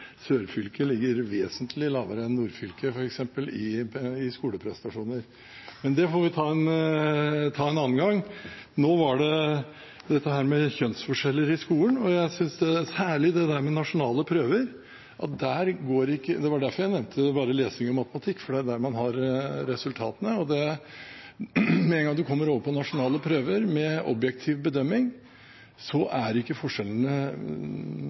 sørfylket ligger vesentlig lavere enn nordfylket når det gjelder skoleprestasjoner. Men det får vi ta en annen gang. Nå handlet det om kjønnsforskjeller i skolen, og jeg synes særlig at med en gang man kommer over på nasjonale prøver – det var derfor jeg bare nevnte lesing og matematikk, for det er der man har resultatene – med objektiv bedømming, er forskjellene nesten ikke